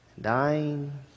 dying